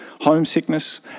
homesickness